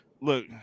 Look